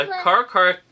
Car-car